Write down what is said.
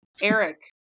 Eric